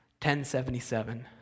1077